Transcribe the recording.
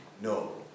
No